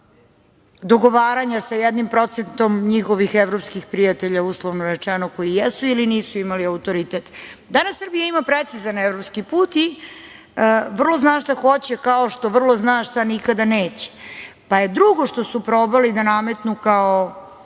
dogovaranja sa jednim procentom njihovih evropskih prijatelja, uslovno rečeno, koji jesu ili nisu imali autoritet. Danas Srbija ima precizan evropski put i vrlo zna šta hoće, kao što vrlo zna šta nikada neće, pa je drugo što su probali da nametnu kao